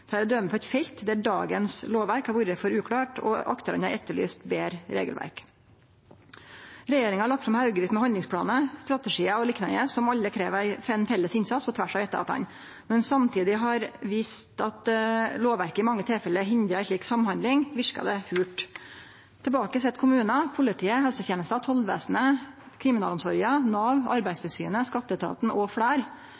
døme på eit felt der dagens lovverk har vore for uklart, og aktørane har etterlyst betre regelverk. Regjeringa har lagt fram haugevis med handlingsplanar, strategiar o.l. som alle krev ein felles innsats på tvers av etatane. Når ein samtidig har visst at lovverket i mange tilfelle hindrar ei slik samhandling, verkar det holt. Tilbake sit kommunar, politiet, helsetenesta, tollvesenet, kriminalomsorga, Nav,